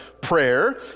prayer